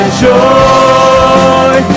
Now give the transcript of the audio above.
joy